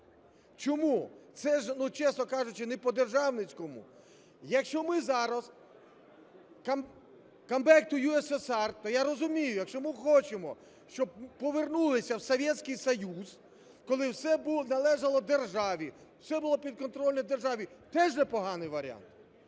Чому? Це ж, чесно кажучи не по-державницькому. Якщо ми зараз, come back to USSR, то я розумію, якщо ми хочемо, щоб повернулися в Советский Союз, коли все належало державі, все було під контролем держави, теж непоганий варіант.